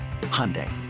Hyundai